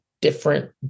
different